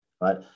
right